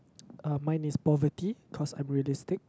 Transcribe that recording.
uh mine is poverty cause I'm realistic